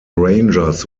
rangers